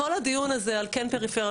כל הדיון הזה על כן פריפריה,